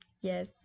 yes